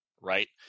right